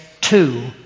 two